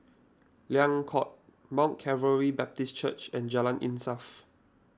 Liang Court Mount Calvary Baptist Church and Jalan Insaf